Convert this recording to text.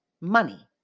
money